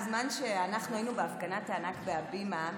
בזמן שאנחנו היינו בהפגנת הענק בהבימה,